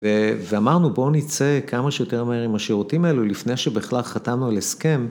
ואמרנו בואו נצא כמה שיותר מהר עם השירותים האלו לפני שבכלל חתמנו על הסכם.